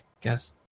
guess